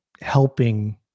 helping